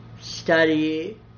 study